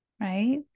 right